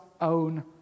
own